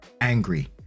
Angry